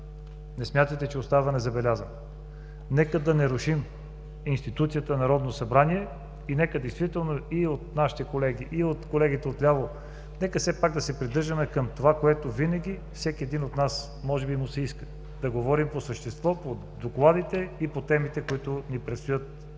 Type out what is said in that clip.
не смятайте, че остава незабелязано. Нека да не рушим институцията Народно събрание и нека действително и от нашите колеги, и от колегите отляво, все пак да се придържаме към това, което на всеки един от нас може би му се иска – да говорим по същество, по докладите и по темите, които ни предстоят